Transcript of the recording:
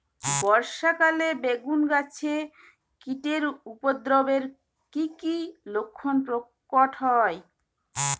বর্ষা কালে বেগুন গাছে কীটের উপদ্রবে এর কী কী লক্ষণ প্রকট হয়?